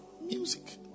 music